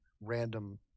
random